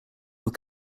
were